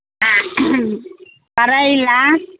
करैला